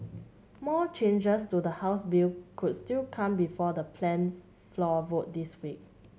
more changes to the House bill could still come before the planned floor vote this week